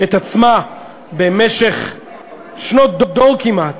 את עצמה במשך שנות דור כמעט.